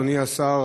אדוני השר,